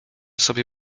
sobie